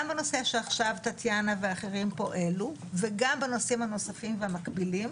גם בנושא שעכשיו טטיאנה ואחרים פה העלו וגם בנושאים הנוספים והמקבילים,